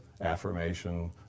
affirmation